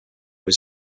his